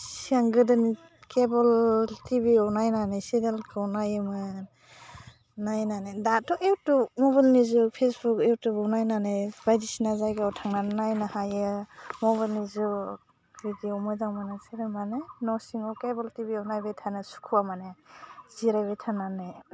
सिगां गोदोनि केबोल टिभिआव नायनानै सिरियालखौ नायोमोन नायनानै दाथ' इउटुब मबाइलनि जुग फेसबुक इउटुबाव नायनानै बायदिसिना जायगायाव थांनानै नायनो हायो मबाइलनि जुग भिदिअ मोजां मोननाय सोरांबानो न' सिङाव केबोल टिभिआव नायबाय थानो सुखुवा माने जिरायबाय थानानै